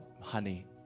honey